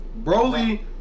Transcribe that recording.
Broly